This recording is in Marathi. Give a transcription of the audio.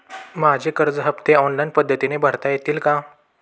माझे कर्ज हफ्ते ऑनलाईन पद्धतीने भरता येतील का?